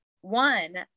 one